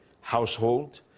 household